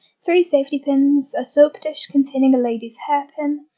three safety pins, a soap dish containing a lady's hairpin,